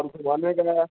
اور گھمانے کا